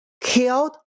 killed